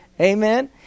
Amen